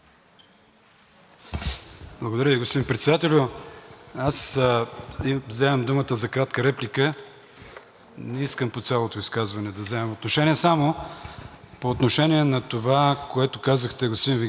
не искам по цялото изказване да вземам отношение – само по отношение на това, което казахте, господин Вигенин, че не е взето становището, не са изслушани службите по темата. Искам обаче да Ви припомня